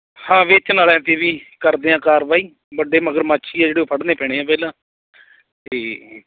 ਹਾਂ ਵੇਚਣ ਵਾਲਿਆਂ 'ਤੇ ਵੀ ਕਰਦੇ ਹਾਂ ਕਾਰਵਾਈ ਵੱਡੇ ਮਗਰਮੱਛ ਹੀ ਆ ਜਿਹੜੇ ਉਹ ਫੜਨੇ ਪੈਣੇ ਪਹਿਲਾਂ ਤਾਂ